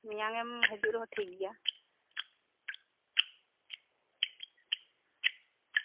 ᱢᱤᱭᱟᱝᱮᱢ ᱦᱤᱡᱩᱜ ᱨᱮᱦᱚᱸ ᱴᱷᱤᱠ ᱜᱮᱭᱟ